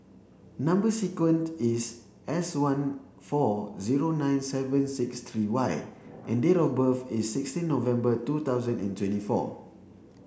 number sequence is S one four zero nine seven six three Y and date of birth is sixteen November two thousand and twenty four